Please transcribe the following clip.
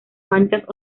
manchas